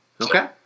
Okay